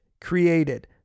created